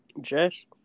Jess